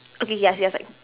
okay ya see you outside